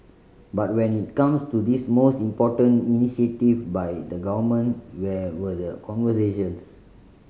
but when it comes to this most important initiative by the Government where were the conversations